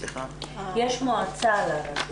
יש מועצה לרשות.